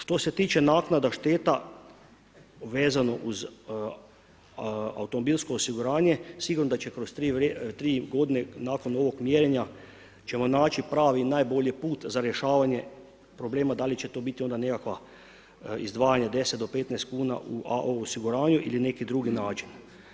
Što se tiče naknada šteta, vezano uz automobilsko osiguranje, sigurno da će kroz tri godine nakon ovog mjerenja ćemo naći, pravi najbolji put za rješavanje problema, da li će to onda biti nekakva izdvajanja, 10-15 kuna u osiguranju, ili neki drugi način.